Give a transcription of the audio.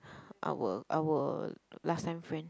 our our last time friend